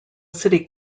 city